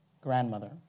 grandmother